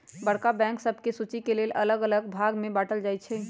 बड़का बैंक सभके सुचि के लेल अल्लग अल्लग भाग में बाटल जाइ छइ